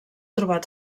trobat